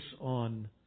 on